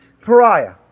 pariah